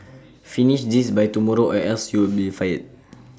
finish this by tomorrow or else you'll be fired